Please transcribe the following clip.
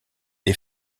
des